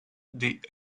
the